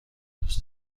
دوست